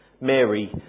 Mary